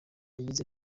yagize